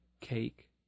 cake